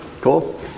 Cool